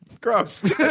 gross